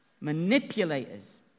manipulators